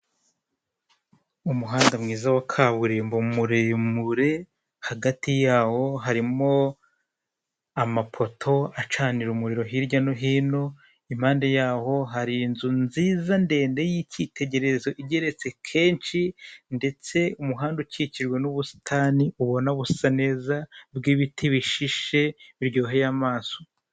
Umuhanda mwiza wa kaburimbo muremure, hagati yawo harimo amapoto acanira umuriro hirya no hino, impande yaho hari inzu nziza ndende y'icyitegererezo igeretse kenshi, ndetse umuhanda ukikijwe n'ubusitani ubona busa neza bw'ibiti bishishe biryoheye amaso.